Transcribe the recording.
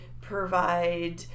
provide